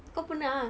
kau pernah ah